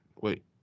wait